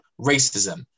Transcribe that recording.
racism